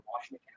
Washington